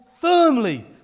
firmly